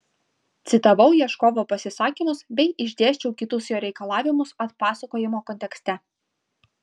citavau ieškovo pasisakymus bei išdėsčiau kitus jo reikalavimus atpasakojimo kontekste